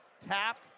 tap